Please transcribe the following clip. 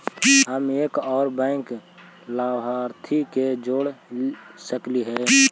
हम एक और बैंक लाभार्थी के जोड़ सकली हे?